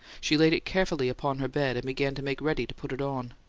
she laid it carefully upon her bed, and began to make ready to put it on.